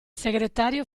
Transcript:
segretario